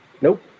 Nope